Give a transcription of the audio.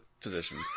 position